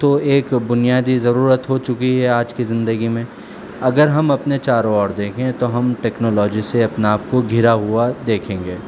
تو ایک بنیادی ضرورت ہو چکی ہے آج کی زندگی میں اگر ہم اپنے چاروں اور دیکھیں تو ہم ٹیکنالوجی سے اپنے آپ کو گھرا ہوا دیکھیں گے